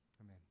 Amen